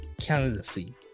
candidacy